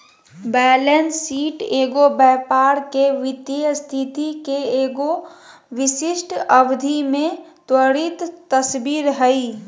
balance sheet एगो व्यापार के वित्तीय स्थिति के एगो विशिष्ट अवधि में त्वरित तस्वीर हइ